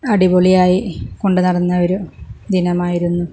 അടിപൊളിയായി കൊണ്ട് നടന്ന ഒരു ദിനമായിരുന്നു